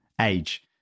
age